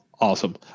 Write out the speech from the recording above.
Awesome